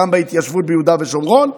גם בהתיישבות ביהודה ושומרון,